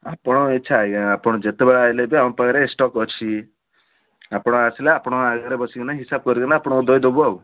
ଆପଣଙ୍କ ଇଛା ଆଜ୍ଞା ଆପଣ ଯେତେବେଳେ ଆସିଲେ ବି ଆମ ପାଖରେ ଷ୍ଟକ୍ ଅଛି ଆପଣ ଆସିଲେ ଆପଣଙ୍କ ଆଗରେ ହିସାବ କରି ଦେଇଦେବୁ ଆଉ